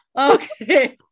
Okay